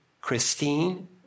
Christine